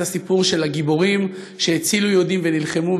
הסיפור של הגיבורים שהצילו יהודים ונלחמו,